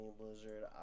Blizzard